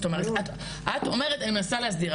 את אומרת אני מנסה להסדיר,